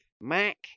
Mac